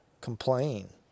complain